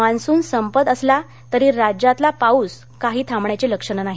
monsoon संपत असला तरी राज्यातला पाऊस काही थांबण्याची लक्षणं नाही